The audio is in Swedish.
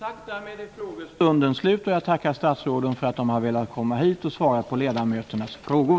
Därmed är frågestunden slut. Jag tackar statsråden för att de har velat komma hit och svara på ledamöternas frågor.